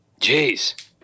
Jeez